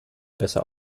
besser